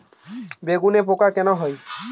বেগুনে পোকা কেন হয়?